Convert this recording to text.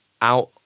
out